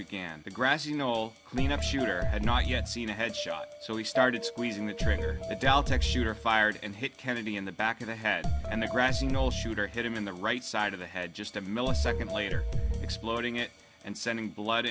began the grassy knoll cleanup shooter had not yet seen a head shot so he started squeezing the trigger the deltec shooter fired and hit kennedy in the back of the head and the grassy knoll shooter hit him in the right side of the head just a millisecond later exploding it and sending blood